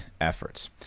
efforts